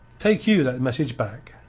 take you that message back.